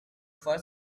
for